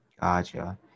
Gotcha